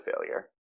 failure